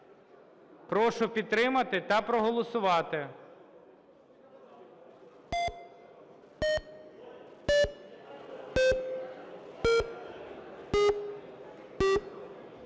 Прошу підтримати та проголосувати.